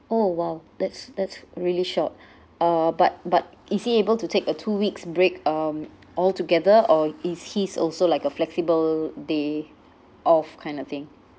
orh !wow! that's that's really short uh but but is he able to take a two weeks break um all together or is his also like a flexible day off kind of thing